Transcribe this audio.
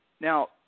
Now